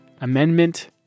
Amendment